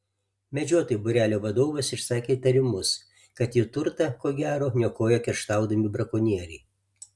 medžiotojų būrelio vadovas išsakė įtarimus kad jų turtą ko gero niokoja kerštaudami brakonieriai